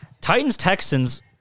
Titans-Texans